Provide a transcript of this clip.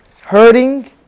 hurting